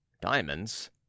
Diamonds